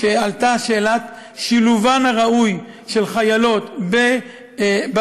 כשעלתה שאלת שילובן הראוי של חיילות בצבא,